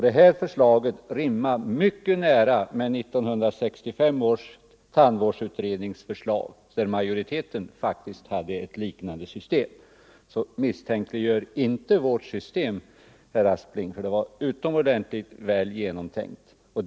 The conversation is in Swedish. Det här förslaget rimmar mycket nära med 1965 års tandvårdsutrednings för 55 slag, där majoriteten faktiskt föreslog ett liknande system. Så misstänkliggör inte vårt system, herr Aspling! Det var utomordentligt väl genomtänkt.